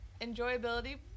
enjoyability